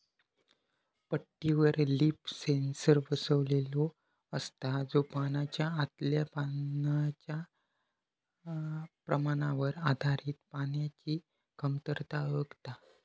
पट्टीवर leaf sensor बसवलेलो असता, जो पानाच्या आतल्या पाण्याच्या प्रमाणावर आधारित पाण्याची कमतरता ओळखता